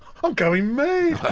i'm going mad.